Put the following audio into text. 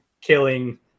killing